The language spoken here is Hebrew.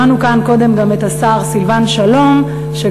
שמענו כאן קודם גם את השר סילבן שלום אומר